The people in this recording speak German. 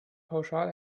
pauschal